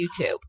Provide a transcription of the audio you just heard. YouTube